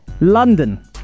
london